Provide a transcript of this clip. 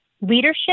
leadership